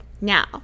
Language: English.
Now